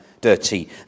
dirty